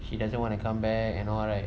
she doesn't want to come back and all right